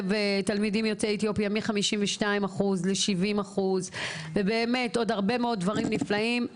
תלמידים יוצאי אתיופיה מ-52% ל-70% ועוד הרבה מאוד דברים נפלאים.